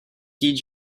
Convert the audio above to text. heed